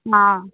ना